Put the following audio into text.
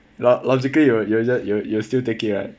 lo~ logically you will you will just you will still take it right